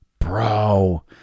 Bro